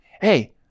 hey